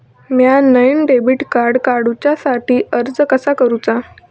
म्या नईन debit card काडुच्या साठी अर्ज कसा करूचा?